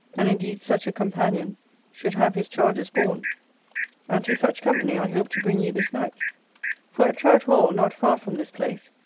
and indeed such a companion should have his charges borne and to such company i hope to bring you this night for at trout-hall, not far from this place,